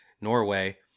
Norway